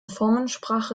formensprache